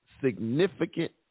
significant